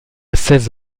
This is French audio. seize